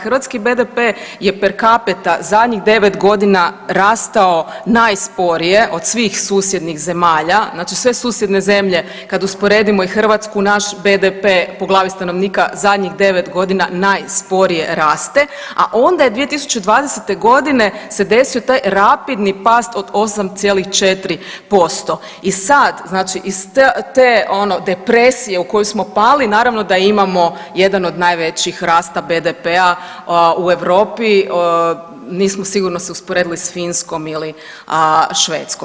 Hrvatski BDP je per kapita zadnjih 9.g. rastao najsporije od svih susjednih zemalja, znači sve susjedne zemlje kad usporedimo i Hrvatsku naš BDP po glavi stanovnika zadnjih 9.g. najsporije raste, a onda je 2020.g. se desio taj rapidni rast od 8,4% i sad znači iz te ono depresije u koju smo pali naravno da imamo jedan od najvećih rasta BDP-a u Europi, nismo sigurno se usporedili s Finskom ili Švedskom.